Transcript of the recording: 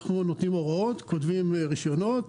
אנחנו נותנים הוראות, כותבים רישיונות,